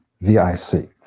V-I-C